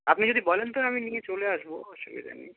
আপনি যদি বলেন তো আমি নিয়ে চলে আসবো অসুবিধা নেই